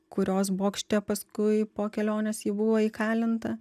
kurios bokšte paskui po kelionės ji buvo įkalinta